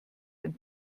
ein